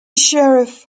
sheriff